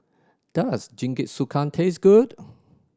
does Jingisukan taste good